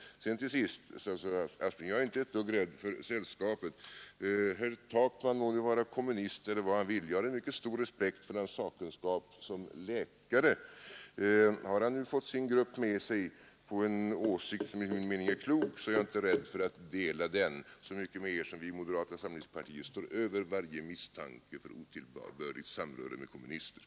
Till sist vill jag säga att jag inte är ett dugg rädd för sällskapet — herr Takman må vara kommunist eller vad han vill; jag har en mycket stor respekt för hans sakkunskap som läkare. Har han nu dessutom fått sin grupp med sig på en åsikt som enligt min mening är klok, är jag inte rädd för att dela den — så mycket mindre som vi i moderata samlingspartiet står över varje misstanke om otillbörligt samröre med kommunisterna.